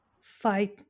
Fight